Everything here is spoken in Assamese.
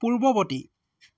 পূৰ্ৱবৰ্তী